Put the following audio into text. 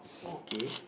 okay